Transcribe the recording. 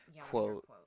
quote